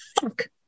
fuck